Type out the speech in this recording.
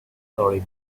story